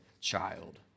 child